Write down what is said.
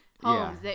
homes